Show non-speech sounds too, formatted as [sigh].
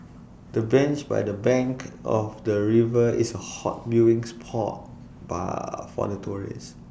the bench by the bank of the river is A hot viewing spot [unintelligible] for tourists